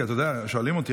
שואלים אותי,